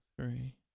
three